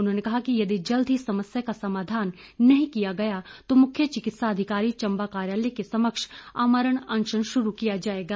उन्होंने कहा कि यदि जल्द ही इस समस्या का समाधान नहीं किया गया तो मुख्य चिकित्सा अधिकारी चंबा कार्यालय के समक्ष आमरण अनशन शुरू किया जाएगा